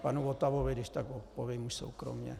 A panu Votavovi když tak odpovím soukromě.